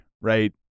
right